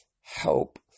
help